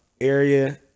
area